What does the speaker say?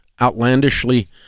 outlandishly